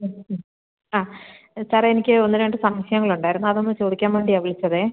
ആ സാർ എനിക്ക് ഒന്ന് രണ്ട് സംശയങ്ങൾ ഉണ്ടായിരുന്നു അത് ഒന്ന് ചോദിക്കാൻ വേണ്ടിയാണ് വിളിച്ചത്